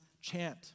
chant